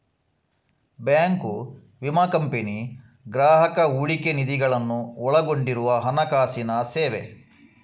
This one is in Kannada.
ಬ್ಯಾಂಕು, ವಿಮಾ ಕಂಪನಿ, ಗ್ರಾಹಕ ಹೂಡಿಕೆ ನಿಧಿಗಳನ್ನು ಒಳಗೊಂಡಿರುವ ಹಣಕಾಸಿನ ಸೇವೆ